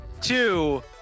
two